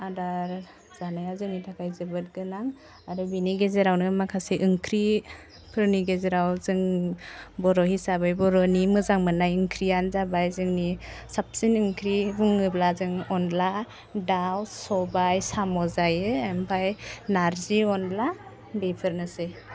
आदार जानाया जोंनि थाखाय जोबोद गोनां आरो बिनि गेजेरावनो माखासे ओंख्रिफोरनि गेजेराव जों बर' हिसाबै बर'नि मोजां मोननाय ओंख्रियानो जाबाय जोंनि साबसिन ओंख्रि बुङोब्ला जों अनला दाव सबाइ साम' जायो ओमफ्राय नारजि अनला बेफोरनोसै